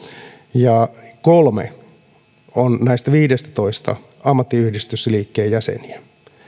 ja kolme näistä viidestätoista työntekijästä on ammattiyhdistysliikkeen jäseniä